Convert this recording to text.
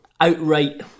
outright